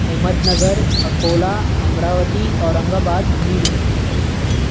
Ahmednagar Akola Amravati Aurangabad Beed